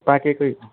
पाकेकै